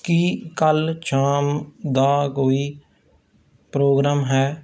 ਕੀ ਕੱਲ੍ਹ ਸ਼ਾਮ ਦਾ ਕੋਈ ਪ੍ਰੋਗਰਾਮ ਹੈ